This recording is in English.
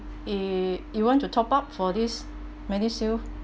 i~ you want to top up for this medishield